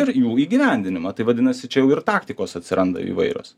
ir jų įgyvendinimą tai vadinasi čia jau ir taktikos atsiranda įvairios